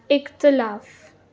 इख़्तिलाफ़ु